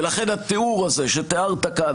ולכן התיאור שתיארת כאן,